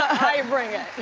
i bring it.